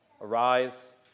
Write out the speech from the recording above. Arise